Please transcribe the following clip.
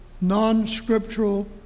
non-scriptural